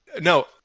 No